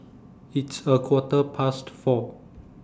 its A Quarter Past four